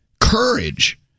Courage